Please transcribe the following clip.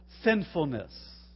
sinfulness